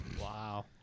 Wow